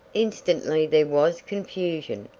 instantly there was confusion,